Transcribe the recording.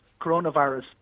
coronavirus